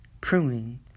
Pruning